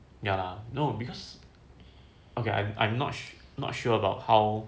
ya lah no because okay I'm I'm notch not sure about how